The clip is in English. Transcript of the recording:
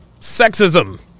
sexism